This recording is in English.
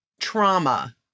trauma